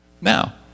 Now